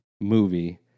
movie